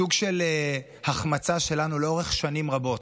סוג של החמצה שלנו לאורך שנים רבות.